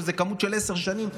שזו כמות של עשר שנים,